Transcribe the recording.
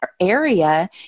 area